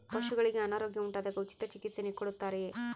ಪಶುಗಳಿಗೆ ಅನಾರೋಗ್ಯ ಉಂಟಾದಾಗ ಉಚಿತ ಚಿಕಿತ್ಸೆ ಕೊಡುತ್ತಾರೆಯೇ?